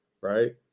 right